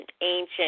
ancient